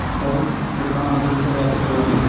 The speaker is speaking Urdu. سر عرفان ہوٹل سے بات کر رہے ہو نا